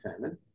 famine